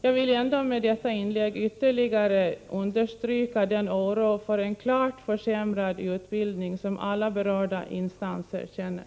Jag vill ändå med detta inlägg ytterligare understryka den oro för en klart försämrad utbildning som alla berörda instanser känner.